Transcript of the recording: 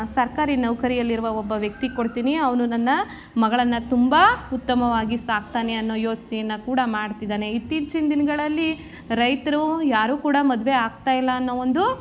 ಸರ್ಕಾರಿ ನೌಕರಿಯಲ್ಲಿರುವ ಒಬ್ಬ ವ್ಯಕ್ತಿಗೆ ಕೊಡ್ತೀನಿ ಅವನು ನನ್ನ ಮಗಳನ್ನು ತುಂಬ ಉತ್ತಮವಾಗಿ ಸಾಕ್ತಾನೆ ಅನ್ನೋ ಯೋಚನೆನ ಕೂಡ ಮಾಡ್ತಿದ್ದಾನೆ ಇತ್ತೀಚಿನ ದಿನಗಳಲ್ಲಿ ರೈತರು ಯಾರೂ ಕೂಡ ಮದುವೆ ಆಗ್ತಾಯಿಲ್ಲ ಅನ್ನೋ ಒಂದು